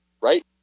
right